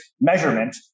measurement